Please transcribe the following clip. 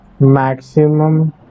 Maximum